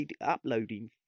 uploading